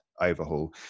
overhaul